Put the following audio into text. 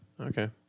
okay